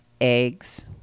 eggs